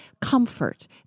comfort